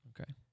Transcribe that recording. Okay